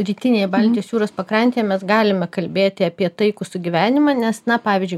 rytinėje baltijos jūros pakrantėje mes galime kalbėti apie taikų sugyvenimą nes na pavyzdžiui